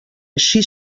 així